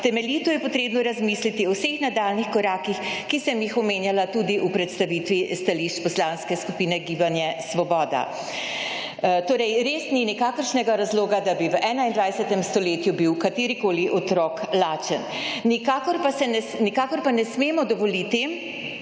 temeljito je potrebno razmisliti o vseh nadaljnjih korakih, ki sem jih omenjala tudi v predstavitvi stališč Poslanske skupine Gibanje Svoboda. Torej, res ni nikakršnega razloga, da bi v 21. stoletju bil katerikoli otrok lačen. Nikakor pa ne smemo dovoliti,